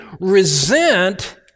resent